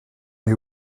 neu